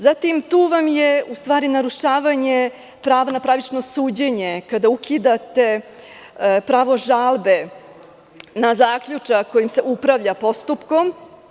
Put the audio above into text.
Zatim, tu vam je u stvari narušavanje prava na pravično suđenje, kada ukidate pravo žalbe na zaključak kojim se upravlja postupkom.